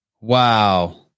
Wow